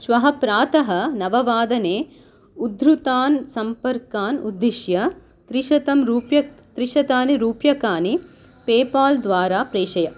श्वः प्रातः नववादने उद्धृतान् सम्पर्कान् उद्दिश्य त्रिशतं त्रिशतानि रूप्यकानि पेपाल् द्वारा प्रेषय